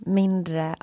mindre